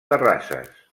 terrasses